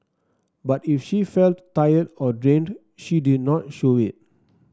but if she felt tired or drained she did not show it